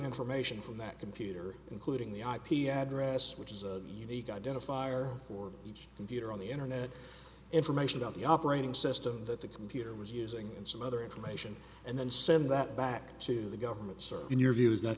information from that computer including the ip address which is a unique identifier for each computer on the internet information about the operating system that the computer was using and some other information and then send that back to the governments are in your view is that